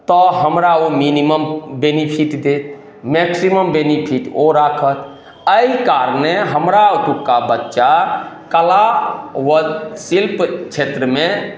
तऽ हमरा ओ मिनिमम बेनिफिट देत मैक्सिमम बेनिफिट ओ राखत एहि कारणे हमरा ओतुक्का बच्चा कला व शिल्प क्षेत्रमे